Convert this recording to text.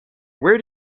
where